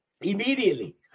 immediately